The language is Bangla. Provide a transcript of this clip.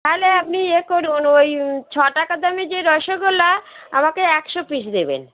তাহলে আপনি ইয়ে করুন ওই ছ টাকার দামি যে রসগোল্লা আমাকে একশো পিস দেবেন